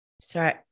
Sorry